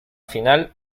final